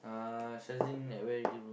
uh Shazlin at where already bro